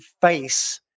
face